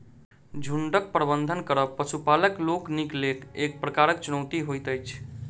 झुंडक प्रबंधन करब पशुपालक लोकनिक लेल एक प्रकारक चुनौती होइत अछि